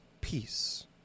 peace